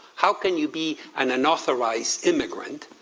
how can you be an unauthorized immigrant,